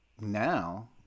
now